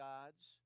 God's